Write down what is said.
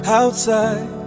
outside